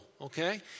okay